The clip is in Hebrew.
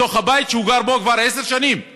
בתוך הבית שהוא גר בו כבר עשר שנים,